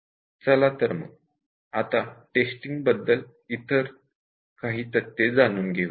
चला तर मग आत्ता टेस्टिंग बद्दल काही इतर फॅक्टस जाणून घेऊयात